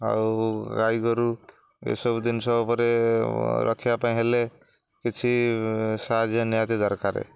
ଆଉ ଗାଈ ଗୋରୁ ଏସବୁ ଜିନିଷ ଉପରେ ରଖିବା ପାଇଁ ହେଲେ କିଛି ସାହାଯ୍ୟ ନିହାତି ଦରକାର